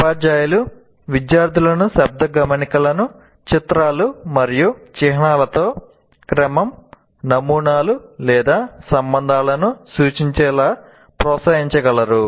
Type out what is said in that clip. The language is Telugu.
ఉపాధ్యాయులు విద్యార్థులను శబ్ద గమనికలను చిత్రాలు మరియు చిహ్నాలతో క్రమం నమూనాలు లేదా సంబంధాలను చూపించేలా ప్రోత్సహించగలరు